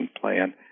plan